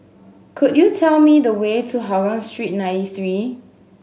could you tell me the way to Hougang Street Ninety Three